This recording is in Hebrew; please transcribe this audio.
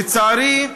לצערי,